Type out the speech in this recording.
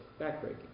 backbreaking